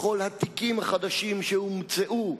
בכל התיקים החדשים שהומצאו,